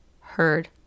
heard